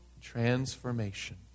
transformation